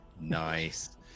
nice